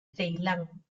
ceilán